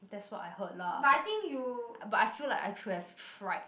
that's what I heard lah but but I feel like I could have tried